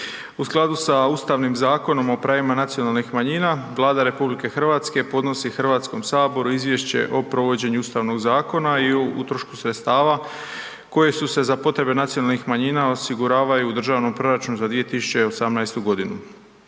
U skladu sa Ustavnim Zakonom o pravima nacionalnih manjina, Vlada RH podnosi Hrvatskom saboru izvješće o provođenju Ustavnog Zakona i o utrošku sredstava koji se za potrebe nacionalnih manjina osiguravaju u državnom proračunu za 2018. godinu.